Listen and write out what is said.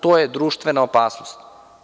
To je društvena opasnost.